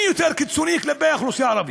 מי יותר קיצוני כלפי האוכלוסייה הערבית.